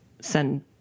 send